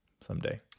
someday